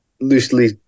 loosely